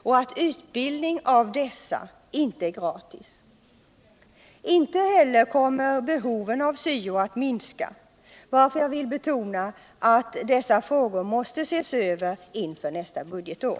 och utbildning av dessa är inte gratis. Inte heller kommer behoven av syo att minska, varför jag vill betona att dessa frågor måste ses över inför nästa budgetår.